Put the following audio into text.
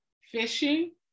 fishing